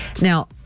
Now